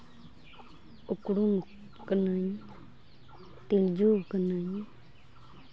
ᱩᱠᱲᱩᱢ ᱟᱠᱟᱱᱟᱹᱧ ᱛᱤᱞᱡᱩ ᱟᱠᱟᱱᱟᱹᱧ